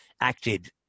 acted